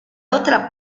otra